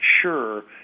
sure